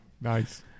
Nice